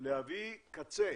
להביא קצה